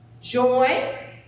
joy